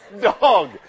Dog